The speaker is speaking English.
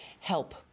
help